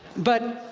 but,